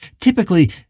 Typically